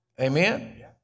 Amen